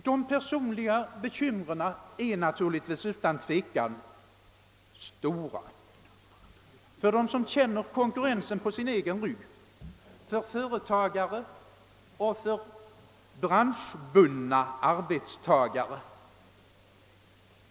De personliga bekymren är utan tvivel stora för dem som känner konkurrensen på sin egen rygg, för företagare och för branschbundna arbetstagare.